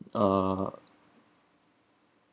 uh